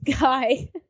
guy